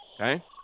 okay